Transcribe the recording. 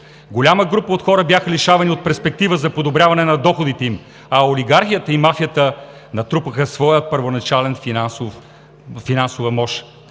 Голяма група от хора бяха лишавани от перспектива за подобряване на доходите им, а олигархията и мафията натрупаха своята първоначална финансова мощ.